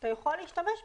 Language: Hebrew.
אתה יכול להשתמש בו.